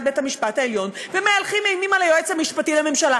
בית-המשפט העליון ומהלכים אימים על היועץ המשפטי לממשלה,